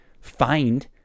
find